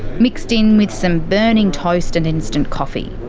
mixed in with some burning toast and instant coffee.